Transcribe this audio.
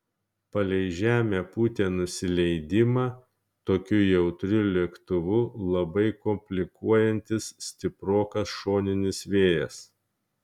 palei žemę pūtė nusileidimą tokiu jautriu lėktuvu labai komplikuojantis stiprokas šoninis vėjas